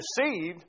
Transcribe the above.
received